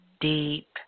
deep